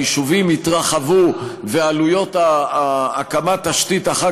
היישובים יתרחבו ועלויות הקמת התשתית אחר